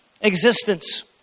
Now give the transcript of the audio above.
existence